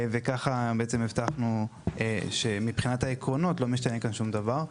וככה בעצם הבטחנו שמבחינת העקרונות לא משתנה כאן שום דבר,